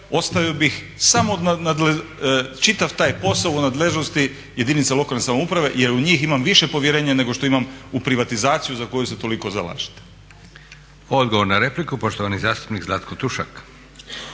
ostavio bih samo čitav taj posao u nadležnosti jedinice lokalne samouprave jer u njih imam više povjerenja nego što imam u privatizaciju za koju se toliko zalažete. **Leko, Josip (SDP)** Odgovor na repliku, poštovani zastupnik Zlatko Tušak.